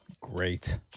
Great